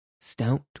Stout